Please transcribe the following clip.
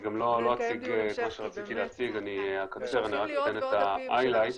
אני אקצר ורק אתן את ההייליט.